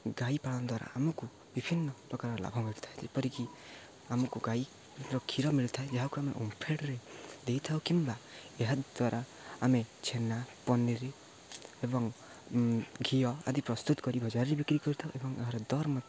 ଗାଈ ପାଳନ ଦ୍ୱାରା ଆମକୁ ବିଭିନ୍ନ ପ୍ରକାର ଲାଭ ମିଳିଥାଏ ଯେପରିକି ଆମକୁ ଗାଈର କ୍ଷୀର ମିଳିଥାଏ ଯାହାକୁ ଆମେ ଓମଫେଡ଼୍ରେ ଦେଇଥାଉ କିମ୍ବା ଏହାଦ୍ୱାରା ଆମେ ଛେନା ପନିର୍ ଏବଂ ଘିଅ ଆଦି ପ୍ରସ୍ତୁତ କରି ବଜାରରେ ବିକ୍ରି କରିଥାଉ ଏବଂ ଏହାର ଦର ମଧ୍ୟ